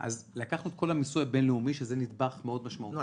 אז לקחנו את כל המיסוי הבין-לאומי שזה נדבך מאוד משמעותי -- לא,